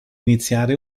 iniziare